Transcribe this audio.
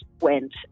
went